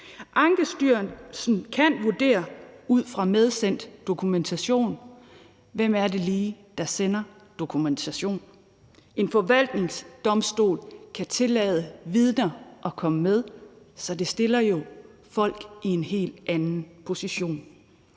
Ankestyrelsen kan vurdere ud fra medsendt dokumentation – hvem er det lige, der sender dokumentationen? En forvaltningsdomstol kan tillade vidner at komme med, og det stiller jo folk i en helt anden position.